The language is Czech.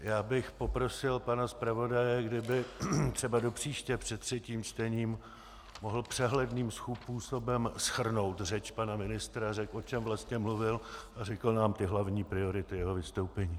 Já bych poprosil pana zpravodaje, kdyby třeba do příště před třetím čtením mohl přehledným způsobem shrnout řeč pana ministra a řekl, o čem vlastně mluvil, a řekl nám hlavní priority jeho vystoupení.